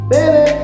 Baby